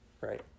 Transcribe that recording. right